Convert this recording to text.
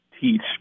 teach